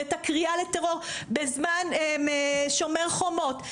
ואת הקריאה לטרור בזמן שומר חומות,